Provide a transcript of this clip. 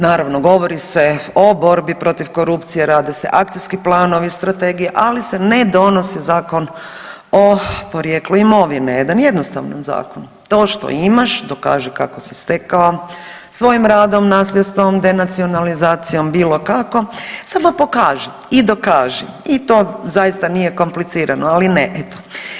Naravno, govori se o borbi protiv korupcije, rade se akcijski planovi, strategije, ali se ne donosi Zakon o porijeklu imovine, da nije jednostavan zakon to što imaš dokaži kako si stekao, svojim radom, nasljedstvom, denacionalizacijom, bilo kako, samo pokaži i dokaži i to zaista nije komplicirano, ali ne eto.